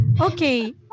Okay